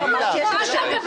מה זה רלוונטי?